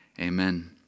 amen